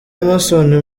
emmerson